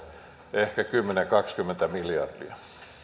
ehkä kymmenen viiva kaksikymmentä miljardia